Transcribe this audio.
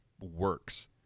works